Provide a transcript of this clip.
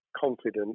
confident